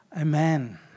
Amen